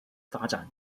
发展